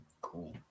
Cool